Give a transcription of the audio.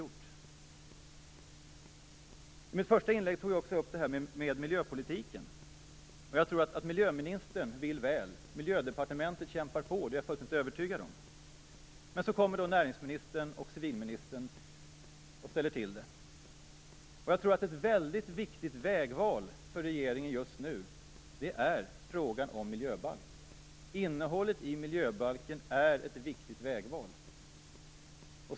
I mitt första inlägg tog jag upp frågan om miljöpolitiken. Jag tror att miljöministern vill väl, och att Miljödepartementet kämpar på. Jag är fullständigt övertygad om det. Men så kommer då näringsministern och civilministern och ställer till det. Frågan om en miljöbalk är ett väldigt viktigt vägval för regeringen just nu. Innehållet i miljöbalken är ett viktigt vägval.